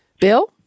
Bill